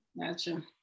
Gotcha